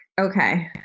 okay